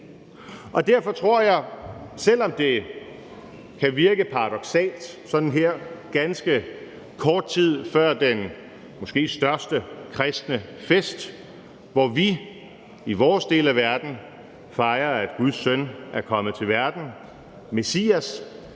Derfor tror jeg, at det, selv om det kan virke paradoksalt sådan her ganske kort tid før den måske største kristne fest, hvor vi i vores del af verden fejrer, at Guds søn, Messias, er kommet til verden, i